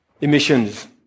emissions